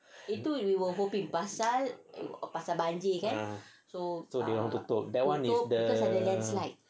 ya so dorang tutup that [one] is the